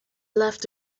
left